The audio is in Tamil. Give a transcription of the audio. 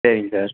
சரிங் சார்